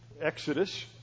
Exodus